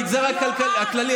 במגזר הכללי,